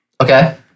Okay